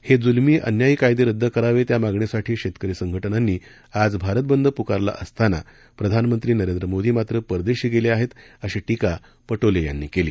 हे जुलमी अन्यायी कायदे रद्द करावेत या मागणीसाठी शेतकरी संघटनांनी आज भारत बंद पुकारला असताना प्रधानमंत्री नरेंद्र मोदी मात्र परदेशी गेले आहेत अशी टीका पटोले यांनी केली